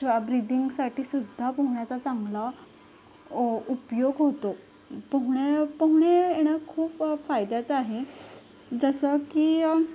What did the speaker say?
श्वा ब्रिदिंगसाठीसुद्धा पोहण्याचा चांगला उपयोग होतो पोहण्या पोहणे येणं खूप फायद्याचं आहे जसं की